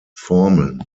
formeln